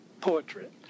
Portrait